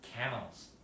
camels